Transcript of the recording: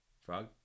Frog